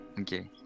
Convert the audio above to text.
Okay